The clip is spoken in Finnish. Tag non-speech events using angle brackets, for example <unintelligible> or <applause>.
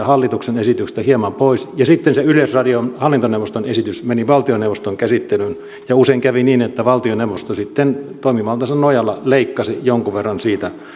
<unintelligible> hallituksen esityksestä hieman pois ja sitten se yleisradion hallintoneuvoston esitys meni valtioneuvoston käsittelyyn ja usein kävi niin että valtioneuvosto sitten toimivaltansa nojalla leikkasi jonkun verran siitä